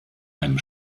einem